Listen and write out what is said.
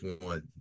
one